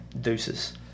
deuces